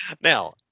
Now